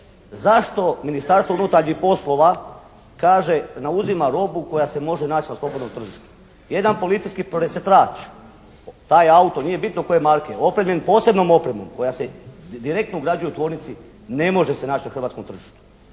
zašto Ministarstvo unutarnjih poslova kaže ne uzima robu koja se može naći na slobodnom tržištu? Jedan policijski presretač, taj auto nije bitno koje marke opremljen posebnom opremom koja se direktno ugrađuje u tvornici ne može se naći na hrvatskom tržištu.